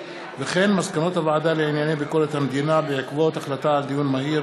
מסקנות הוועדה לענייני ביקורת המדינה בעקבות דיון מהיר